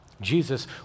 Jesus